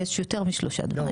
יש יותר משלושה דברים.